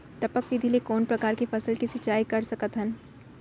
टपक विधि ले कोन परकार के फसल के सिंचाई कर सकत हन?